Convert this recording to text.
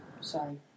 Sorry